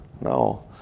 No